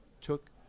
took